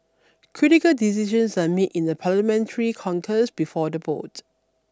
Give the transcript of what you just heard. critical decisions are made in a Parliamentary caucus before the vote